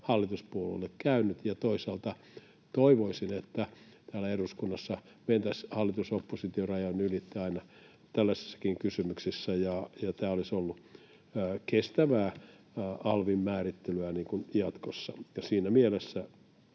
hallituspuolueille käynyt. Toisaalta toivoisin, että täällä eduskunnassa mentäisiin hallitus—oppositio-rajan ylitse aina tällaisissakin kysymyksissä, ja tämä olisi ollut kestävää alvin määrittelyä jatkossa. Siinä mielessä